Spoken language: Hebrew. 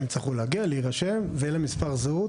הם יצטרכו להגיע, להירשם, ולמספר זהות,